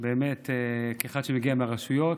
באמת, כאחד שמגיע מהרשויות,